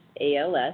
ALS